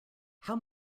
how